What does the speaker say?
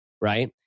right